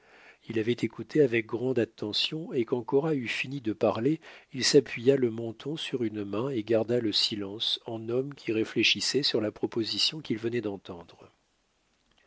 il avait écouté avec grande attention et quand cora eut fini de parler il s'appuya le menton sur une main et garda le silence en homme qui réfléchissait sur la proposition qu'il venait d'entendre